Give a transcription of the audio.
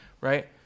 right